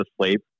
asleep